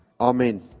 amen